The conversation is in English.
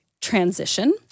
transition